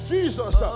Jesus